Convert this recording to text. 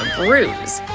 bruise.